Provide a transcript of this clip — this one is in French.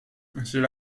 c’est